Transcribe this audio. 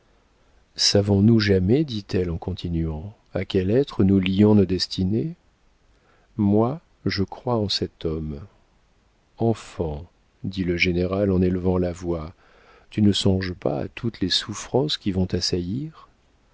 savons-nous jamais dit-elle en continuant à quel être nous lions nos destinées moi je crois en cet homme enfant dit le général en élevant la voix tu ne songes pas à toutes les souffrances qui vont t'assaillir